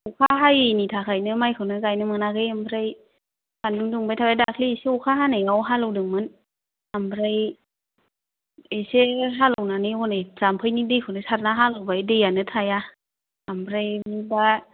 अखा हायिनि थाखायनो माइखौनो गायनो मोनाखै ओमफ्राय सान्दुं दुंबाथाय दाख्लै एसे अखा हानायाव हालेवदोंमोन ओमफ्राय एसे हालेवनानै हनै जाम्फैनि दैखौनो सारना हालेवबाय दैआनो थाया ओमफ्राय दा